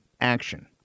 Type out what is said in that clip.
action